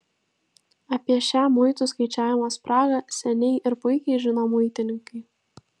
apie šią muitų skaičiavimo spragą seniai ir puikiai žino muitininkai